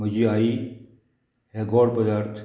म्हजी आई हे गोड पदार्थ